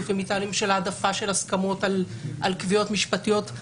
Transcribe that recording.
ומטעמים של העדפה של הסכמות על קביעות משפטיות.